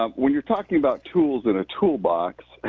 um we are talking about tools in a toolbox,